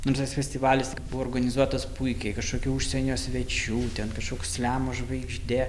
nors tas festivalis buvo organizuotas puikiai kažkokių užsienio svečių ten kažkoks sliamo žvaigždė